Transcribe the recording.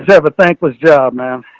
have a thankless job, man.